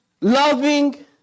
loving